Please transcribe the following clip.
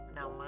Now